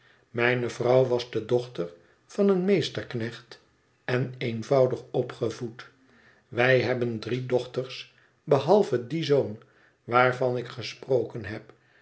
mijne vrouw was de dochter van een meesterknecht en eenvoudig opgevoed wij hebben drie dochters behalve dien zoon waarvan ik gesproken heb